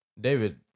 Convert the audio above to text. David